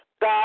God